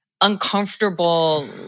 uncomfortable